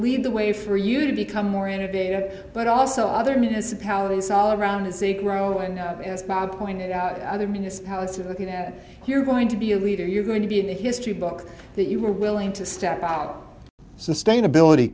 lead the way for you to become more innovative but also other municipalities all around is a growing as bob pointed out other municipalities looking at here going to be a leader you're going to be in the history books that you were willing to step out sustainability